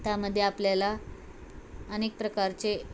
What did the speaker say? त्यामध्ये आपल्याला अनेक प्रकारचे